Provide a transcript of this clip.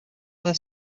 their